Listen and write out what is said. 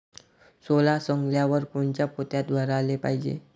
सोला सवंगल्यावर कोनच्या पोत्यात भराले पायजे?